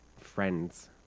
friends